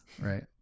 right